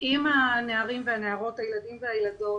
עם הנערים והנערות, הילדים והילדות